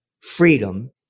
freedom